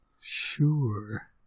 sure